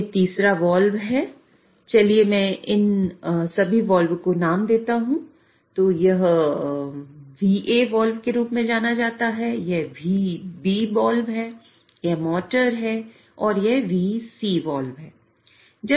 यह तीसरा वाल्व चलिए मैं इन सभी वाल्व के नाम देता हूं तो यह VA वाल्व के रूप में जाना जाता है यह VB वाल्व है यह मोटर है और यह VC वाल्व है